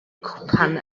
cwpan